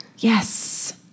Yes